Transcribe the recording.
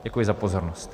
Děkuji za pozornost.